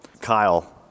Kyle